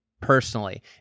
personally